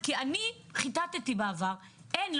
כי אני חיטטתי בעבר, אין.